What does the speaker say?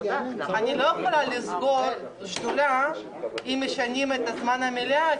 אני לא יכולה לסגור שדולה אם משנים את זמן המליאה,